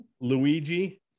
Luigi